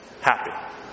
happy